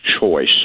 choice